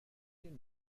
den